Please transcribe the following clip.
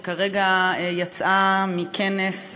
שכרגע יצאה מכנס,